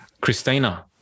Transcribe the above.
Christina